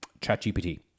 ChatGPT